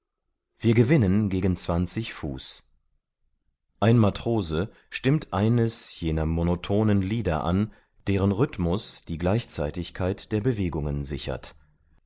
wir gewinnen gegen zwanzig fuß ein matrose stimmt eines jener monotonen lieder an deren rhythmus die gleichzeitigkeit der bewegungen sichert